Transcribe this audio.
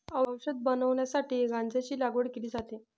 औषध बनवण्यासाठी गांजाची लागवड केली जाते